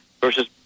versus